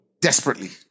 desperately